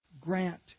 grant